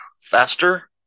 faster